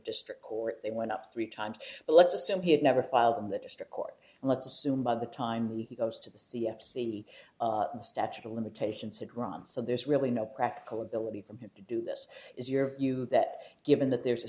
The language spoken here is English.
district court they went up three times but let's assume he had never filed in the district court and let's assume by the time we goes to the c f c the statute of limitations had run so there's really no practical ability for him to do this is your view that given that there's a